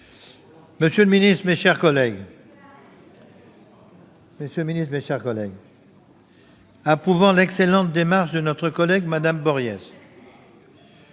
Monsieur le secrétaire d'État, mes chers collègues, approuvant l'excellente démarche de notre collègue Mme Bories,